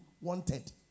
wanted